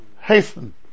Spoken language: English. hasten